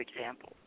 example